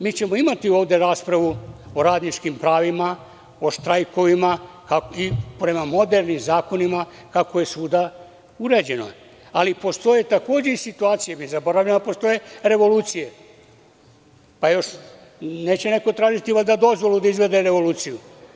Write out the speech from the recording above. Mi ćemo imati ovde raspravu o radničkim pravima, o štrajkovima i prema modernim zakonima, kako je svuda urađeno, ali postoje takođe situacije, mi zaboravljamo da postoje, revolucije, pa neće neko valjda tražiti dozvolu da izvede revoluciju.